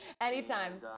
Anytime